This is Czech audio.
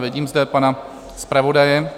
Vidím zde pana zpravodaje.